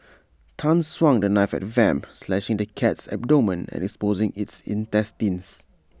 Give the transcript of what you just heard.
Tan swung the knife at Vamp slashing the cat's abdomen and exposing its intestines